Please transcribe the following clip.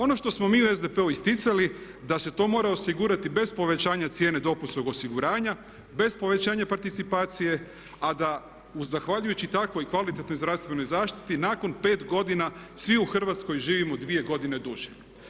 Ono što smo mi u SDP-u isticali da se to mora osigurati bez povećanja cijene dopunskog osiguranja bez povećanja participacije a da zahvaljujući takvoj kvalitetnoj zdravstvenoj zaštiti nakon 5 godina svi u Hrvatskoj živimo 2 godine duže.